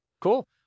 Cool